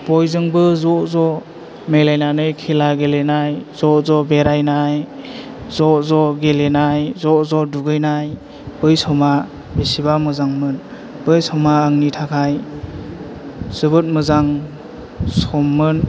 बयजोंबो ज' ज' मिलायनानै खेला गेलेनाय ज' ज' बेरायनाय ज' ज' गेलेनाय ज' ज' दुगैनाय बै समा बेसेबा मोजांमोन बै समा आंनि थाखाय जोबोर मोजां सममोन